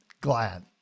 glad